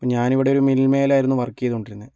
ഇപ്പോൾ ഞാനിവിടെ ഒരു മിൽമയിൽ ആയിരുന്നു വർക്ക് ചെയ്തു കൊണ്ടിരുന്നത്